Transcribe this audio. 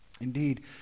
Indeed